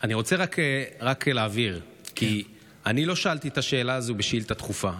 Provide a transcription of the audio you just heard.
אני רוצה רק להבהיר כי אני לא שאלתי את השאלה הזו בשאילתה דחופה.